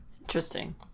Interesting